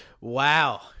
Wow